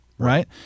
Right